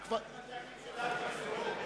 שאלתי, עד מתי הממשלה תשרוד?